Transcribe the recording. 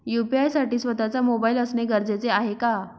UPI साठी स्वत:चा mobile असणे गरजेचे आहे का?